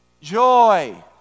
Joy